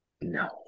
No